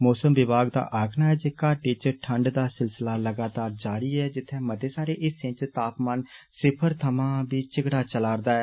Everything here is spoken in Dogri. मौसम विभाग दा आक्खना ऐ जे घाटी च ठंड दा सिलसिला लगातार जारी जित्थै मते सारे हिस्से च तापमान सिफर थमां मता चिगड़ा चलाऽ करदा ऐ